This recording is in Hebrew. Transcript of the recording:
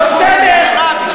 בסדר.